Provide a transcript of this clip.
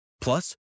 Plus